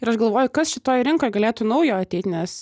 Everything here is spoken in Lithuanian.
ir aš galvoju kas šitoj rinkoj galėtų naujo ateit nes